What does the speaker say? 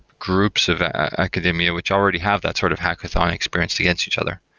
groups of academia which already have that sort of hackathon experience against each other.